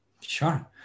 sure